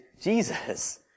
Jesus